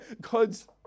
God's